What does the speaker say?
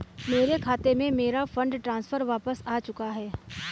मेरे खाते में, मेरा फंड ट्रांसफर वापस आ चुका है